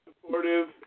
supportive